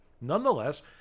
nonetheless